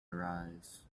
arise